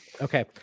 Okay